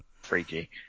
freaky